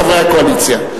חברי הקואליציה,